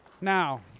now